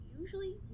usually